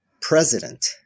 president